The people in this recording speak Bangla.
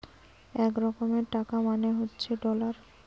এক রকমের টাকা মানে হচ্ছে ডলার